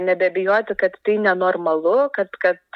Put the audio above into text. nebebijoti kad tai nenormalu kad kad